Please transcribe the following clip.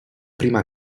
prima